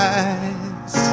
eyes